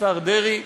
השר דרעי,